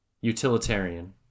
Utilitarian